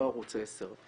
לא ערוץ 10,